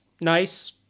nice